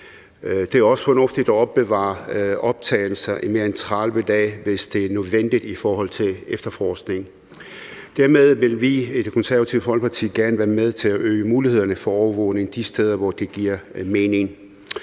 Det er også fornuftigt at opbevare optagelser i mere end 30 dage, hvis det er nødvendigt i forhold til en efterforskning. Dermed vil vi i Det Konservative Folkeparti gerne være med til at øge mulighederne for overvågning de steder, hvor det giver mening.